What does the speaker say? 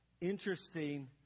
Interesting